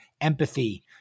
empathy